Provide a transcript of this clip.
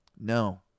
No